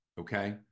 Okay